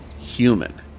human